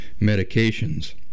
medications